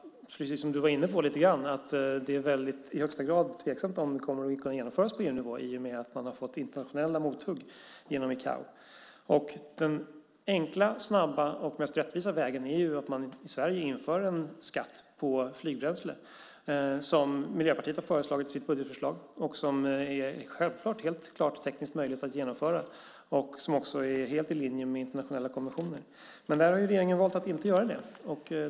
Du var inne lite grann på att det är i högsta grad tveksamt om det kommer att kunna genomföras på EU-nivå i och med att man har fått internationella mothugg genom ICAO. Den enkla, snabba och mest rättvisa vägen är att man i Sverige inför en skatt på flygbränsle, som Miljöpartiet har föreslagit i sitt budgetförslag. Det är helt klart tekniskt möjligt att genomföra. Det är också helt i linje med internationella konventioner. Men regeringen har valt att inte göra det.